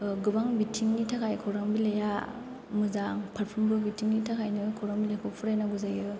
गोबां बिथिंनि थाखाय खौरां बिलाइया मोजां फारफ्रोमबो बिथिंनि थाखायनो खौरां बिलाइखौ फरायनांगौ जायो